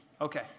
Okay